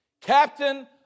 captain